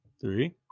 three